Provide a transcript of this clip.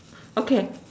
okay